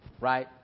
right